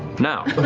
now. but